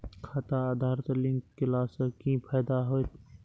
खाता आधार से लिंक केला से कि फायदा होयत?